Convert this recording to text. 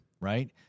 right